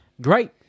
Great